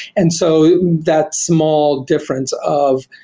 and so that small difference of